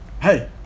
hey